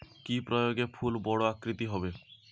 কি প্রয়োগে ফুল বড় আকৃতি হবে?